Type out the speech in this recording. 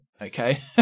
Okay